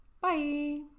Bye